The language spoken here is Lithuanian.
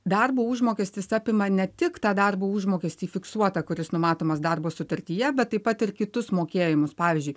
darbo užmokestis apima ne tik tą darbo užmokestį fiksuotą kuris numatomas darbo sutartyje bet taip pat ir kitus mokėjimus pavyzdžiui